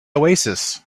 oasis